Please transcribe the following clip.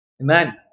Amen